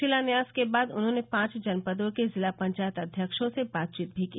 शिलान्यास के बाद उन्होंने पांच जनपदों के जिला पंचायत अध्यक्षो से बातचीत भी की